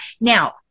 Now